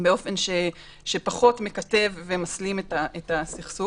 באופן שפחות מקטב ומסלים את הסכסוך.